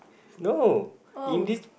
no in this